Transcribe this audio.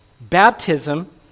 baptism